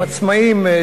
עצמאים,